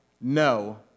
no